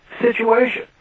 situation